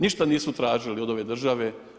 Ništa nisu tražili od ove države.